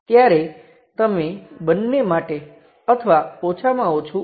જ્યાં V એ voltage સ્ત્રોતનું મૂલ્ય છે અને I એ યોગ્ય નિશાની સાથેનો વોલ્ટેજ સ્ત્રોતમાંથી કરંટ છે